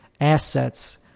assets